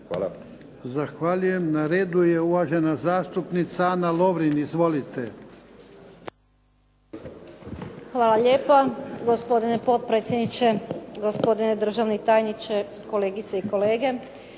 (HDZ)** Zahvaljujem. Na redu je uvažena zastupnica Ana Lovrin. Izvolite. **Lovrin, Ana (HDZ)** Hvala lijepa. Gospodine potpredsjedniče, gospodine državni tajniče, kolegice i kolege.